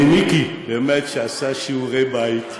למיקי, באמת, שעשה שיעורי בית,